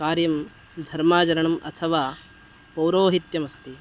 कार्यं धर्माचरणम् अथवा पौरोहित्यमस्ति